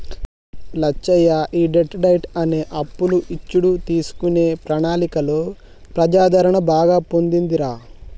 లచ్చయ్య ఈ debt diet అనే అప్పులు ఇచ్చుడు తీసుకునే ప్రణాళికలో ప్రజాదరణ బాగా పొందిందిరా